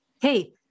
Hey